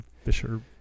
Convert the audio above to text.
Fisher